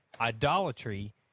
Idolatry